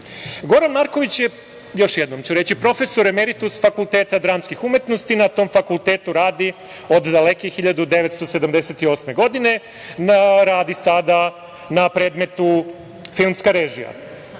Marković je, još jednom ću reći, profesor emeritus Fakulteta dramskih umetnosti. Na tom fakultetu radi od daleke 1978. godine. Radi sada na predmetu filmska režija.